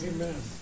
Amen